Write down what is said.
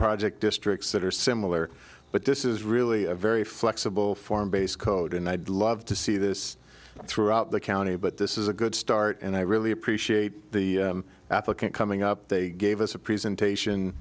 project districts that are similar but this is really a very flexible farm base code and i'd love to see this throughout the county but this is a good start and i really appreciate the applicant coming up they gave us a presentation